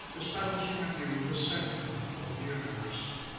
establishing anew the center of the universe.